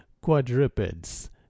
quadrupeds